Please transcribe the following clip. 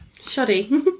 shoddy